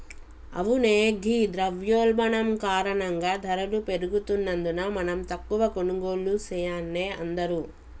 అవునే ఘీ ద్రవయోల్బణం కారణంగా ధరలు పెరుగుతున్నందున మనం తక్కువ కొనుగోళ్లు సెయాన్నే అందరూ